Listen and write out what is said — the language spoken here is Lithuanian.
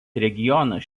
regionas